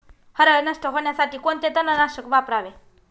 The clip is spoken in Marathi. हरळ नष्ट होण्यासाठी कोणते तणनाशक वापरावे?